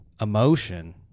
emotion